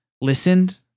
listened